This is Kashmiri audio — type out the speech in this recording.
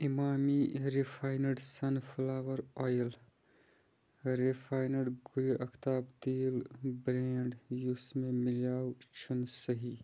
Emami refined sunflower oil refined گُلہِ اختاب تیٖل برٛینٛڈ یُس مےٚ میلٮ۪و چھُنہٕ صحیح